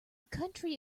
country